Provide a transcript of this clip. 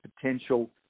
potential